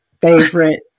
favorite